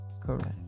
correct